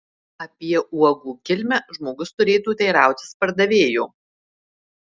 apie uogų kilmę žmogus turėtų teirautis pardavėjo